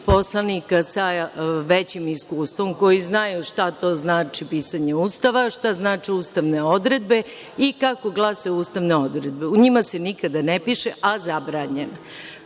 poslanika sa većim iskustvom koji znaju šta to znači pisanje Ustava, šta znače ustavne odredbe i kako glase ustavne odredbe. U njima se nikada ne piše – zabranjeno